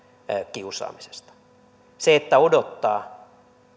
kiusaamisesta se että odottaa